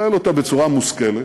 לנהל אותה בצורה די מושכלת,